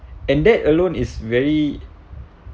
and that alone is very